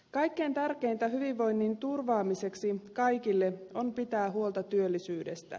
kaikkein tärkeintä hyvinvoinnin turvaamiseksi kaikille on pitää huolta työllisyydestä